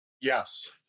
Yes